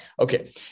Okay